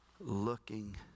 looking